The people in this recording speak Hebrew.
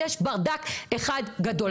יש ברדק אחד גדול,